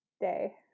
day